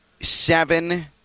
seven